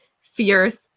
fierce